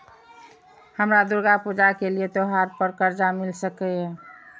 हमरा दुर्गा पूजा के लिए त्योहार पर कर्जा मिल सकय?